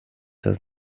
has